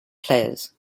players